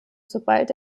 sobald